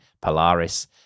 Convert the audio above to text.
Polaris